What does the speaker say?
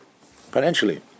financially